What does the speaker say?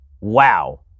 Wow